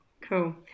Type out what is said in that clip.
Cool